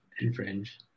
infringe